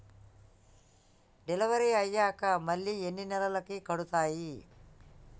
Delivery అయ్యాక మళ్ళీ ఎన్ని నెలలకి కడుతాయి?